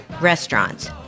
restaurants